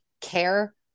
care